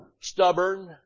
stubborn